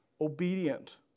obedient